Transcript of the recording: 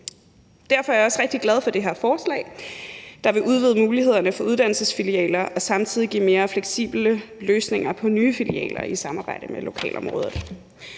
Derfor er jeg også rigtig glad for det her forslag, der vil udvide mulighederne for uddannelsesfilialer og samtidig skabe mere fleksible løsninger med hensyn til oprettelse af nye filialer i samarbejde med lokalområderne,